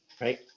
Right